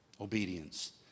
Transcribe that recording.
obedience